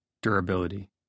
Durability